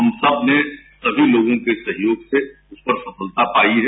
हम सब ने सभी लोगों के सहयोग से इस पर सफलता पायी है